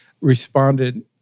responded